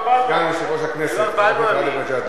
סגן יושב-ראש הכנסת, חבר הכנסת גאלב מג'אדלה.